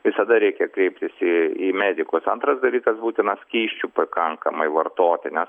visada reikia kreiptis į į medikus antras dalykas būtina skysčių pakankamai vartoti nes